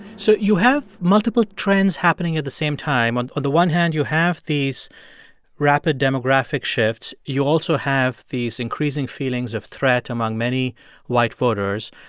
so you have multiple trends happening at the same time. on on the one hand, you have these rapid demographic shifts. you also have these increasing feelings of threat among many white voters.